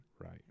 Right